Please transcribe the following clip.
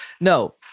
No